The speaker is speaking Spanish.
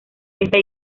esta